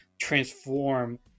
transform